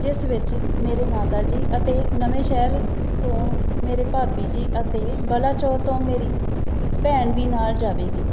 ਜਿਸ ਵਿੱਚ ਮੇਰੇ ਮਾਤਾ ਜੀ ਅਤੇ ਨਵਾਂਸ਼ਹਿਰ ਤੋਂ ਮੇਰੇ ਭਾਬੀ ਜੀ ਅਤੇ ਬਲਾਚੌਰ ਤੋਂ ਮੇਰੀ ਭੈਣ ਵੀ ਨਾਲ ਜਾਵੇਗੀ